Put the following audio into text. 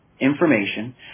information